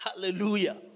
hallelujah